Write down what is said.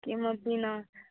किमपि न